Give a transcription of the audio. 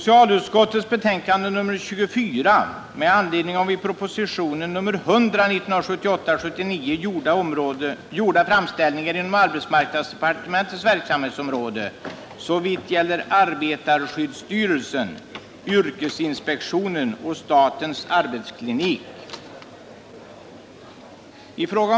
I fråga om detta betänkande hålles gemensam överläggning för samtliga punkter. Under den gemensamma överläggningen får yrkanden framställas beträffande samtliga punkter i betänkandet. I det följande redovisas endast de punkter, vid vilka under överläggningen framställts särskilda yrkanden.